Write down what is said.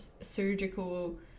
surgical